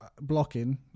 blocking